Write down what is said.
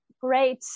great